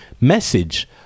message